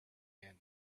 end